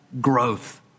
growth